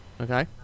Okay